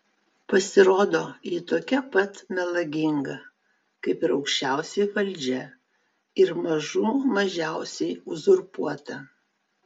pasirodo ji tokia pat melaginga kaip ir aukščiausioji valdžia ir mažų mažiausiai uzurpuota